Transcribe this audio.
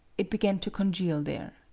it began to congeal there.